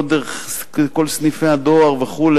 לא דרך כל סניפי הדואר וכו',